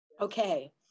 Okay